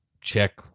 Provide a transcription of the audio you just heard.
check